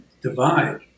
divide